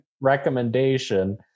recommendation